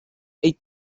eight